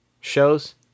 shows